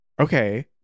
Okay